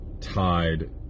Tied